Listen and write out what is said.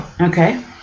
Okay